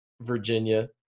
Virginia